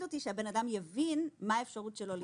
אותי שהבן אדם יבין מה האפשרות שלו לטעון.